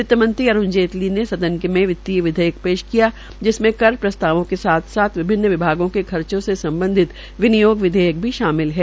वित्तमंत्री अरूण जेटली ने सदन में वित्तीय विधेयक पेश किया जिसमें कर प्रस्तावों के साथ विभिन्न विभागों के खर्चो से सम्बाधित विनियोग विधेयक भी पारित भी शामिल है